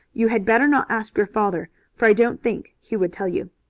you had better not ask your father, for i don't think he would tell you.